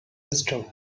wisdom